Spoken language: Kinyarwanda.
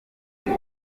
muri